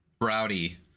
rowdy